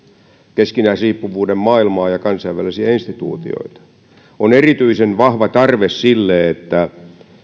keskinäisriippuvuuden maailmaa ja kansainvälisiä instituutioita on erityisen vahva tarve sille että